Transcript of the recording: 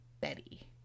Betty